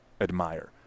admire